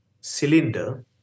cylinder